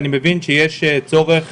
אני מבין שיש צורך